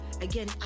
Again